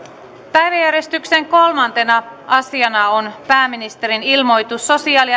päiväjärjestyksen kolmantena asiana on pääministerin ilmoitus sosiaali